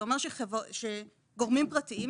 זה אומר שגורמים פרטיים,